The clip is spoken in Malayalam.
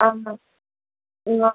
ആ ആ